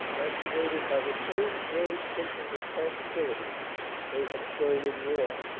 actuated by the same grave sense of responsibility they had shown in war.